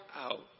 out